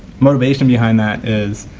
motivation behind that is